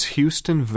Houston